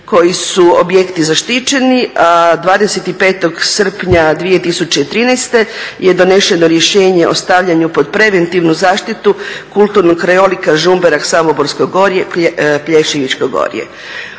koji su objekti zaštićeni, a 25. srpnja 2013.je donešeno rješenje o stavljanju pod preventivnu zaštitu kulturnog krajolika Žumberak-Samoborsko gorje, Plješivićko gorje.